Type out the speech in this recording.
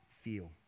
feel